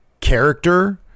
character